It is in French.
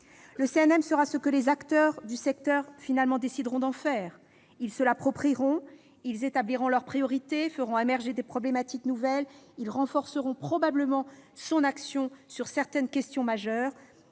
le CNM sera ce que les acteurs du secteur décideront d'en faire. Ces derniers se l'approprieront, établiront leurs priorités, feront émerger des problématiques nouvelles et renforceront probablement son action sur certaines questions majeures.